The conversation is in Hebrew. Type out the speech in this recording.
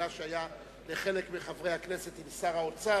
במפגש שהיה לחלק מחברי הכנסת עם שר האוצר,